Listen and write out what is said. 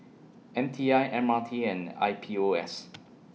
M T I M R T and I P O S